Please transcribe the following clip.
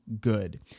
good